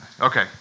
Okay